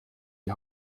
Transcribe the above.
die